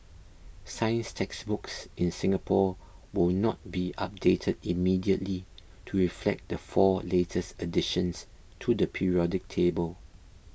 science textbooks in Singapore will not be updated immediately to reflect the four latest additions to the periodic table